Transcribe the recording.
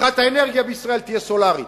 מצריכת האנרגיה בישראל תהיה סולרית.